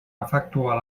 efectuar